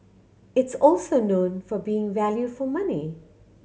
it's also known for being value for money